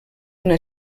una